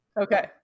Okay